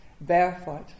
barefoot